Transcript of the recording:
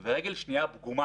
ברור שצריך כאן מהפכה.